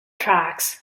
tracks